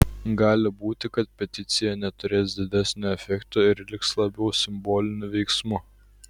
gali būti kad peticija neturės didesnio efekto ir liks labiau simboliniu veiksmu